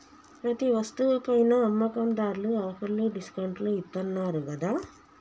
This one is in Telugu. ప్రతి వస్తువు పైనా అమ్మకందార్లు ఆఫర్లు డిస్కౌంట్లు ఇత్తన్నారు గదా